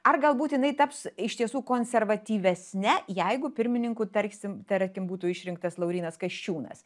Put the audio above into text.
ar galbūt jinai taps iš tiesų konservatyvesne jeigu pirmininku tarsim tarkim būtų išrinktas laurynas kasčiūnas